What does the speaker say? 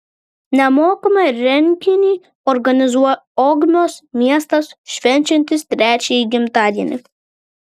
nemokamą renginį organizuoja ogmios miestas švenčiantis trečiąjį gimtadienį